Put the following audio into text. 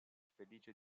felice